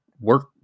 work